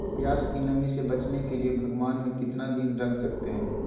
प्यास की नामी से बचने के लिए भगवान में कितना दिन रख सकते हैं?